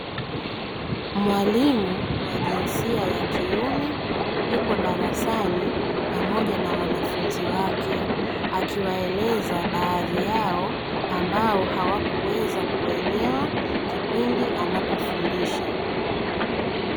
Mwalimu wa jinsia ya kiume yupo darasani pamoja na wanafunzi wake, akiwaeleza baadhi yao ambao hawakuelewa kipindi anapofundisha.